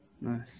nice